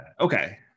Okay